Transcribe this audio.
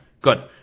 Good